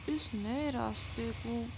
اس نئے راستے کو